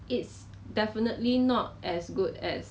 then okay lor 就给他一个 room lor